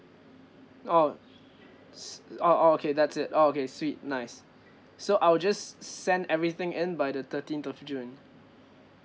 oh s~ oh oh okay that's it oh okay sweet nice so I'll just s~ send everything in by the thirteenth of june